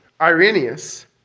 Irenaeus